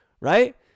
right